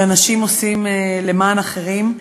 שאנשים עושים למען אחרים.